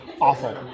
Awful